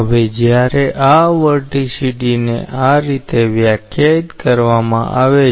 હવે જ્યારે આ વર્ટીસીટી ને આ રીતે વ્યાખ્યાયિત કરવામાં આવે છે